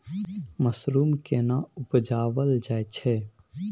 Mushroom केना उबजाबल जाय छै?